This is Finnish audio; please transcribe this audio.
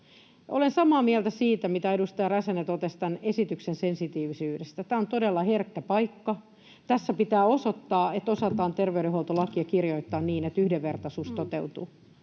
Olen samaa mieltä siitä, mitä edustaja Räsänen totesi tämän esityksen sensitiivisyydestä: Tämä on todella herkkä paikka. Tässä pitää osoittaa, että osataan terveydenhuoltolakia kirjoittaa niin että yhdenvertaisuus toteutuu.